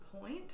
point